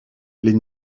les